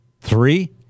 three